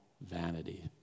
vanity